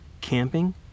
Camping